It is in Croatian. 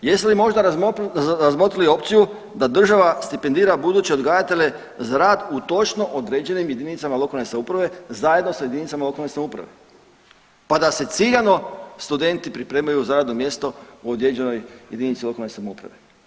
Jeste li možda razmotrili opciju da država stipendira buduće odgajatelje za rad u točno određenim jedinicama lokalne samouprave zajedno sa jedinicama lokalne samouprave, pa da se ciljano studenti pripremaju za radno mjesto u određenoj jedinici lokalne samouprave.